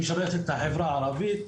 שמשרתת את החברה הערבית.